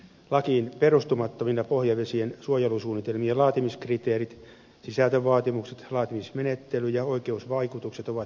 lakiin perustumattomina pohjavesien suojelusuunnitelmien laatimiskriteerit sisältövaatimukset laatimismenettely ja oikeusvaikutukset ovat sääntelemättömiä